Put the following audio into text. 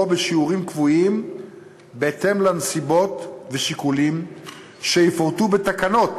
בשיעורים קבועים בהתאם לנסיבות ושיקולים שיפורטו בתקנות